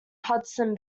hudson